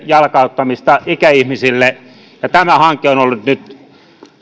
jalkauttaa digimahdollisuuksia ikäihmisille tämä hanke on ollut nyt